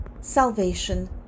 salvation